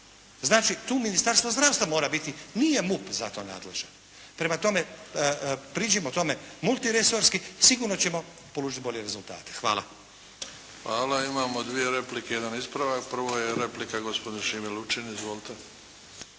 Znači, tu Ministarstvo zdravstva mora biti. Nije MUP za to nadležan. Prema tome, priđimo tome multiresorski, sigurno ćemo polučiti bolje rezultate. Hvala. **Bebić, Luka (HDZ)** Hvala. Imamo dvije replike i jedan ispravak. Prvo je replika gospodin Šime Lučin. Izvolite.